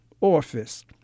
office